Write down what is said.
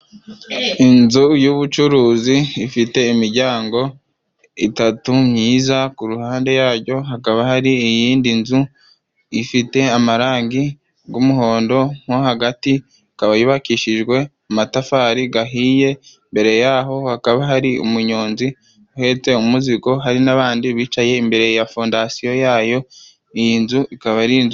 Inzu y'ubucuruzi ifite imijyango itatu myiza, ku ruhande yajyo hakaba hari iyindi nzu ifite amarangi g'umuhondo nko hagati, ikaba yubakishijwe amatafari gahiye imbere yaho hakaba hari umunyonzi uhetse umuzigo, hari n'abandi bicaye imbere ya fondasiyo yayo iyi nzu ikaba ari inzu.